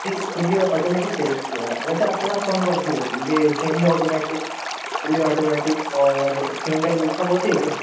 جی fully automatic چاہیے کیا ویسے آپ کے پاس کون کون سی ہوتی ہے یہ سیمی آٹومیٹک فلی آٹومیٹک اور سنگل سب ہوتی ہے کیا